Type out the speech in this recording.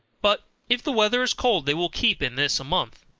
but if the weather is cold they will keep in this a month.